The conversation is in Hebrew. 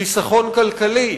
חיסכון כלכלי,